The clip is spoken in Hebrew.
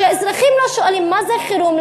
שהאזרחים לא שואלים מה זה חירום,